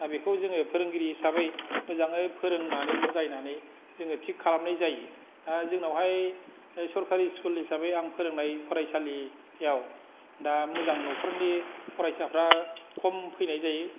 दा बिखौ जोङो फोरोंगिरि हिसाबै मोजाङै फोरोंनानै बुजायनानै जोङो थिग खालामनाय जायो दा जोंनावहाय सरखारि स्कुल हिसाबै आं फोरोंनाय फरायसालियाव दा मोजां न'खरनि फरायसाफ्रा खम फैनाय जायो